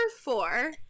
four